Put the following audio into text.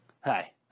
Hi